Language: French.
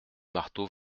marteau